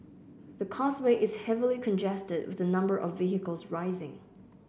the causeway is heavily congested with the number of vehicles rising